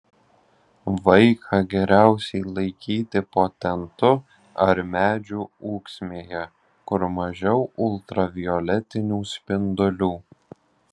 vaiką geriausiai laikyti po tentu ar medžių ūksmėje kur mažiau ultravioletinių spindulių